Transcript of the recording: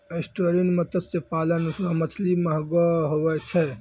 estuarine मत्स्य पालन रो मछली महगो हुवै छै